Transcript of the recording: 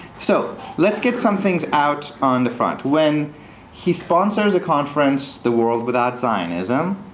so let's get some things out on the front. when he sponsors a conference the world without zionism,